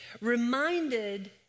Reminded